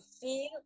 feel